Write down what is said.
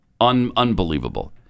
unbelievable